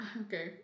Okay